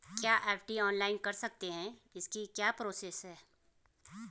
क्या FD online कर सकते हैं इसकी क्या प्रोसेस है?